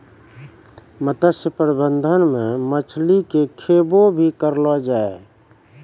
मत्स्य प्रबंधन मे मछली के खैबो भी करलो जाय